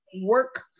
work